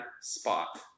spot